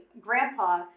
grandpa